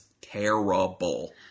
terrible